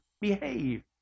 behave